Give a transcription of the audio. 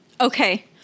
Okay